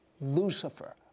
Lucifer